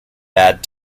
bad